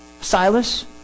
Silas